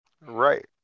Right